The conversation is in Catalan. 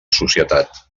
societat